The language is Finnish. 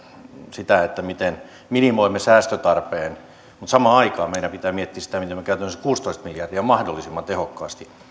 sitä miten minimoimme säästötarpeen mutta samaan aikaan meidän pitää miettiä sitä miten me käytämme sen kuusitoista miljardia mahdollisimman tehokkaasti